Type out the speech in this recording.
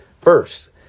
First